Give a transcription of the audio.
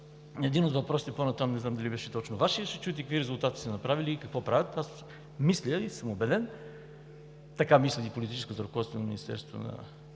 Един от въпросите по-натам, не знам дали беше точно Вашият, ще чуете какви резултати са направили и какво правят. Мисля и съм убеден, така мисли и политическото ръководство на Министерството на